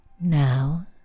now